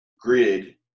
grid